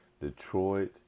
Detroit